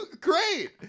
great